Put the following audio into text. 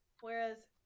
Whereas